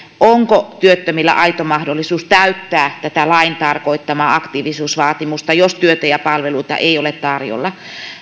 onko työttömillä aito mahdollisuus täyttää tätä lain tarkoittamaa aktiivisuusvaatimusta jos työtä ja palveluita ei ole tarjolla